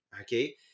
okay